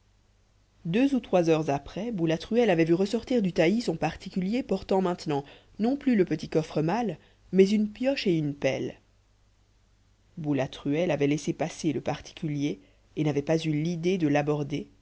deux ou trois heures après boulatruelle avait vu ressortir du taillis son particulier portant maintenant non plus le petit coffre malle mais une pioche et une pelle boulatruelle avait laissé passer le particulier et n'avait pas eu l'idée de l'aborder